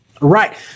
Right